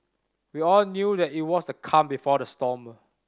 we all knew that it was the calm before the storm